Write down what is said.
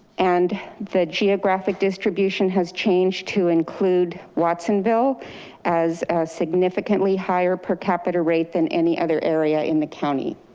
and the geographic distribution has changed to include watsonville as a significantly higher per capita rate than any other area in the county.